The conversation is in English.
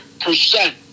percent